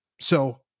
So-